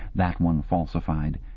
that one falsified,